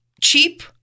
cheap